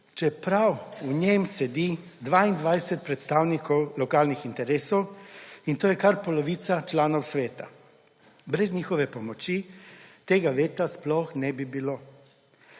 čeprav v njem sedi 22 predstavnikov lokalnih interesov, in to je kar polovica članov sveta. Brez njihove pomoči tega veta sploh ne bi bilo.